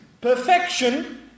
perfection